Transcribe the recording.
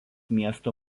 miesto